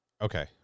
Okay